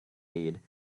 need